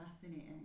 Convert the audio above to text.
fascinating